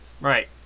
Right